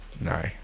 No